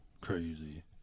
Crazy